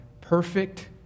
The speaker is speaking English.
perfect